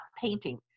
painting